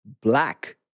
black